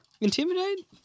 Intimidate